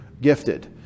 gifted